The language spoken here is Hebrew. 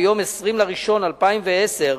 ביום 20 בינואר 2010,